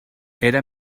era